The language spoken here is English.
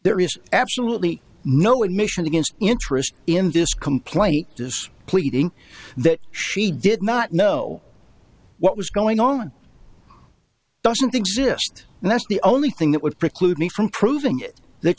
there is absolutely no admission against interest in this complaint pleading that she did not know what was going on doesn't exist and that's the only thing that would preclude me from proving that